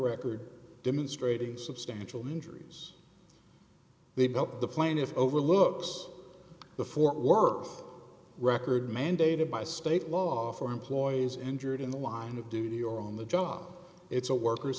record demonstrating substantial injuries they've helped the plaintiff overlooks the fort worth record mandated by state law for employees injured in the line of duty or on the job it's a worker